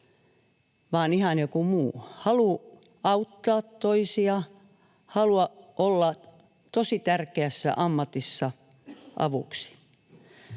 vaan ihan joku muu: halu auttaa toisia, halu olla tosi tärkeässä ammatissa avuksi.